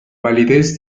validez